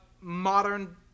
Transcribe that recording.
modern